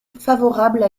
favorable